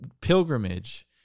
pilgrimage